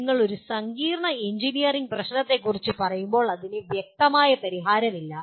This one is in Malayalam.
നിങ്ങൾ ഒരു സങ്കീർണ്ണ എഞ്ചിനീയറിംഗ് പ്രശ്നത്തെക്കുറിച്ച് പറയുമ്പോൾ അതിന് വ്യക്തമായ പരിഹാരമില്ല